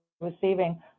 receiving